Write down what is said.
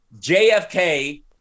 JFK